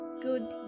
Good